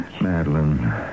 Madeline